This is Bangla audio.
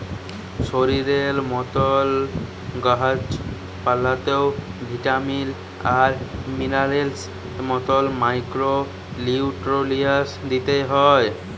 শরীরের মতল গাহাচ পালাতেও ভিটামিল আর মিলারেলসের মতল মাইক্রো লিউট্রিয়েল্টস দিইতে হ্যয়